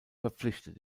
verpflichtet